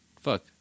fuck